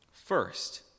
First